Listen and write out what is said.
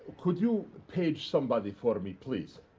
could you page somebody for me, please?